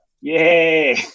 Yay